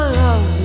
love